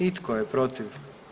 I tko je protiv?